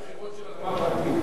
מכירות של אדמה פרטית.